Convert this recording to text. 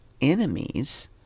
enemies